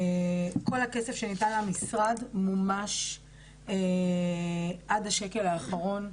כל הכסף שניתן למשרד מומש עד השקל האחרון.